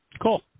Cool